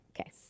okay